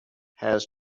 has